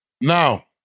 Now